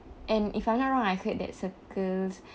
and if I'm not wrong I heard that Circles